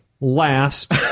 last